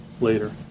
later